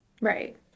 Right